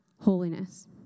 holiness